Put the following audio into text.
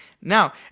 now